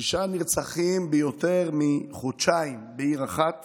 שישה נרצחים ביותר מחודשיים בעיר אחת